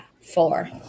four